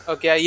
Okay